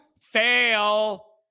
Fail